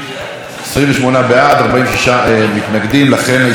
28 בעד, 46 מתנגדים, לכן, הסתייגות 5,